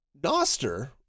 Nostr